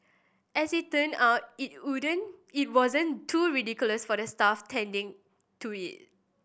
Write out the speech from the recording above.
as it turn out it wouldn't it wasn't too ridiculous for the staff attending to it